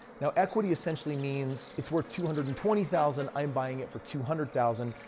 now, equity essentially means it's worth two hundred and twenty thousand, i'm buying it for two hundred thousand.